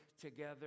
together